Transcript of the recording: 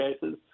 cases